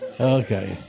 Okay